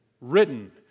written